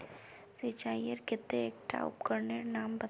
सिंचाईर केते एकटा उपकरनेर नाम बता?